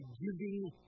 giving